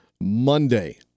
Monday